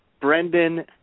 Brendan